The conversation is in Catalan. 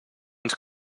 ens